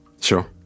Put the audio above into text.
Sure